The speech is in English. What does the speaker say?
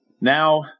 now